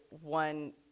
one